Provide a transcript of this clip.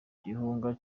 gihugu